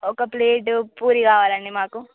ఒక ప్లేటు పూరీ కావాలండి మాకు